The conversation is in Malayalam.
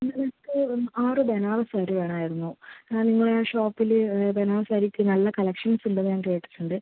എനിക്ക് ആറ് ബനാറാസ് സാരി വേണമായിരുന്നു ആ നിങ്ങളുടെ ഷോപ്പിൽ ബനാറസ് സാരിക്ക് നല്ല കളക്ഷൻസ് ഉണ്ടെന്ന് ഞാൻ കേട്ടിട്ടുണ്ട്